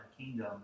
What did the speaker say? kingdom